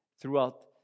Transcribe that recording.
throughout